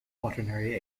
quaternary